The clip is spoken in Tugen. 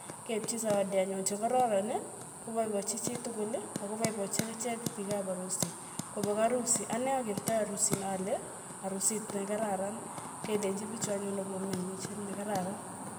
Keipchi zawadi anyun nyekararan, kopaipachi chetukul akopai[achi akichek piik ap arusi, kopek arusi ane akertai arusit noe ale arusit ne kararan, kelenchi pichu anyun po meng'ishe nekararan.